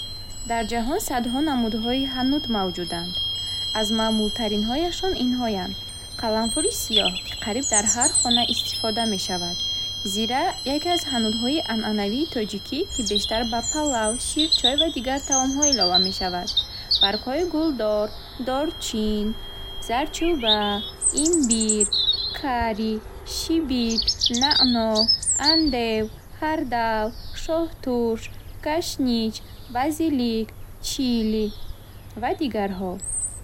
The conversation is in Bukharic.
Дар ҷаҳон садҳо намудҳои ҳанут мавҷуданд. Аз маъмултаринҳояшон инҳоянд. Қаламфури сиёҳ, ки қариб дар ҳар хона истифода мешавад. Зира яке аз ҳанутҳои анъанавии тоҷикӣ, ки бештар ба палав, ширчой ва дигар таомҳо илова мешавад. Баргҳои гулдор, дорчин, зардчӯба, имбир, карри, шибит, наъно, андев, ҳардал, шоҳтурш, кашнич, базилик, чилӣ ва дигарҳо.